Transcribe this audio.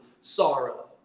sorrow